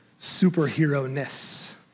superhero-ness